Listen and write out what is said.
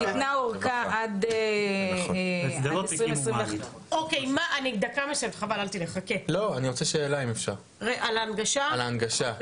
ניתנה ארכה עד --- שאלה אם אפשר על ההנגשה.